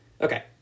Okay